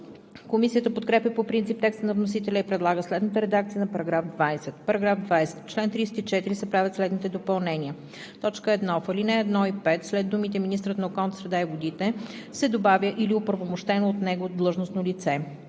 Комисията подкрепя по принцип текста на вносителя и предлага следната редакция на § 20: „§ 20. В чл. 34 се правят следните допълнения: 1. В ал. 1 и 5 след думите „министърът на околната среда и водите“ се добавя „или оправомощено от него длъжностно лице“.